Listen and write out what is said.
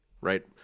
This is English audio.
right